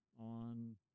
on